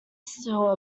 still